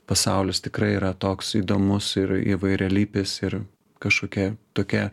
pasaulis tikrai yra toks įdomus ir įvairialypis ir kažkokia tokia